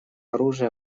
оружия